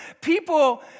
People